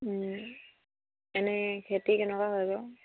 এনেই খেতি কেনেকুৱা হয় বাৰু